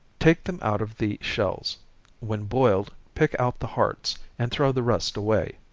take them out of the shells when boiled, pick out the hearts, and throw the rest away,